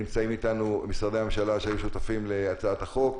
נמצאים אתנו משרדי הממשלה שהיו שותפים להצעת החוק.